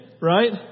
right